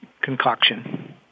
concoction